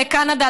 לקנדה,